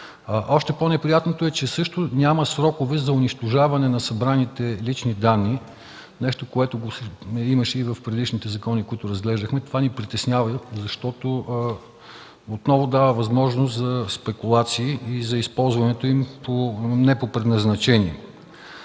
Още по-неприятното е, че няма срокове за унищожаване на събраните лични данни – нещо, което го имаше в предишните закони, които разглеждахме. Това ни притеснява, защото отново дава възможност за спекулации и за използването им не по предназначение.